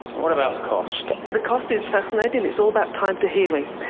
what about cost? the cost is fascinating. it's all about time to healing.